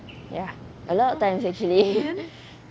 ya a lot of times actually